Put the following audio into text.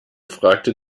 fragte